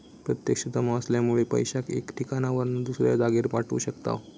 प्रत्यक्ष जमा असल्यामुळे पैशाक एका ठिकाणावरना दुसऱ्या जागेर पाठवू शकताव